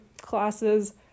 classes